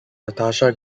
natasha